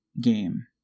game